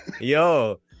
yo